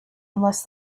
unless